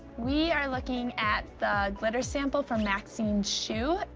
we are looking at the glitter sample from maxine's shoe.